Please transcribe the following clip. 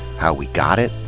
how we got it,